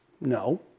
No